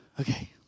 Okay